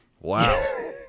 Wow